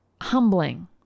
humbling